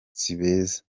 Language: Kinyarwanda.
sibeza